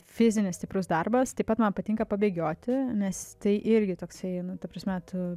fizinis stiprus darbas taip pat man patinka pabėgioti nes tai irgi toksai nu ta prasme tu